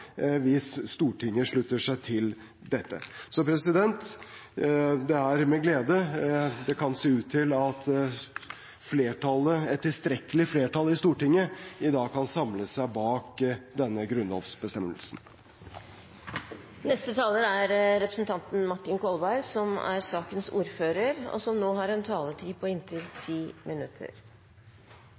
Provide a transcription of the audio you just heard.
hvis Stortinget slutter seg til dette. Det er med glede jeg ser at det kan se ut til at et tilstrekkelig flertall i Stortinget i dag kan samle seg bak denne grunnlovsbestemmelsen. Først svar på et spørsmål fra representanten